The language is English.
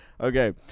Okay